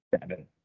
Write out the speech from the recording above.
seven